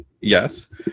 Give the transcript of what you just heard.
Yes